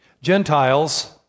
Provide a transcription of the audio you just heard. Gentiles